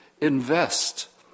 Invest